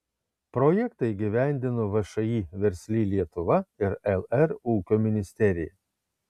projektą įgyvendino všį versli lietuva ir lr ūkio ministerija